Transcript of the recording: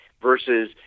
versus